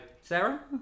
Sarah